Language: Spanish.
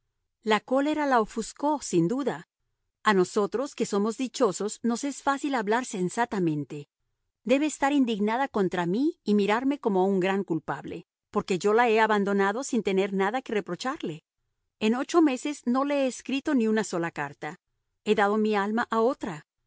la cólera la ofuscó sin duda a nosotros que somos dichosos nos es fácil hablar sensatamente debe estar indignada contra mí y mirarme como a un gran culpable porque yo la he abandonado sin tener nada que reprocharle en ocho meses no le he escrito ni una sola carta he dado mi alma a otra